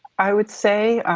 i would say,